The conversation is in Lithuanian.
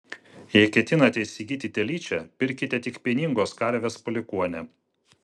jei ketinate įsigyti telyčią pirkite tik pieningos karvės palikuonę